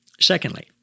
Secondly